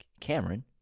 Cameron